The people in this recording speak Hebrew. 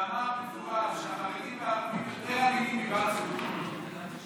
ואמר במפורש שהחרדים והערבים יותר אלימים מבלפור.